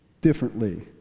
differently